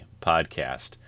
Podcast